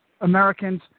Americans